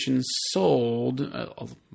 sold